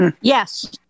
Yes